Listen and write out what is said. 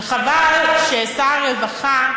וחבל ששר הרווחה,